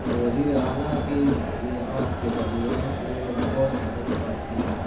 اور وزیر اعلیٰ کی میعاد کے درمیان انہوں نے بہت سارے کام کیے